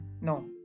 no